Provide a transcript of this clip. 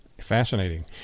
Fascinating